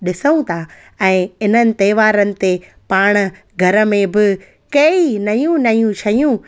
ॾिदूं था ऐं इन्हनि त्योहारनि ते पाण घर में बि कई नयूं नयूं शयूं